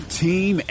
team